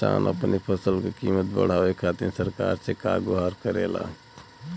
किसान अपने फसल क कीमत बढ़ावे खातिर सरकार से का गुहार करेला?